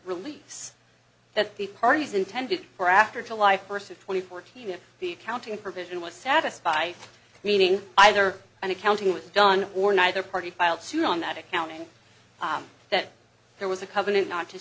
release that the parties intended for after july first of twenty four tina the accounting provision was satisfied meaning either an accounting was done or neither party filed suit on that accounting that there was a covenant not to